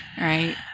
right